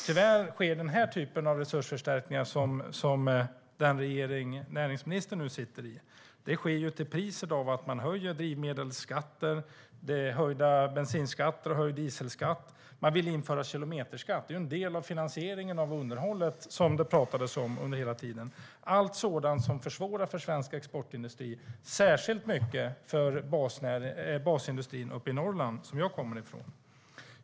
Tyvärr sker den typ av resursförstärkningar som den regering näringsministern nu sitter i gör till priset av att man höjer drivmedelsskatter. Det är höjda bensin och dieselskatter, och man vill införa kilometerskatt. Det är en del av finansieringen av det underhåll som det pratas om hela tiden. Allt sådant försvårar för svensk exportindustri, särskilt basindustrin uppe i Norrland, som jag kommer ifrån.